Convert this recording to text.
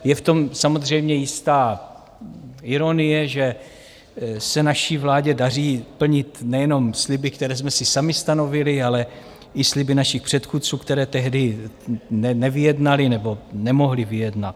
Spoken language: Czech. Je v tom samozřejmě jistá ironie, že se naší vládě daří plnit nejenom sliby, které jsme si sami stanovili, ale i sliby našich předchůdců, které tehdy nevyjednali nebo nemohli vyjednat.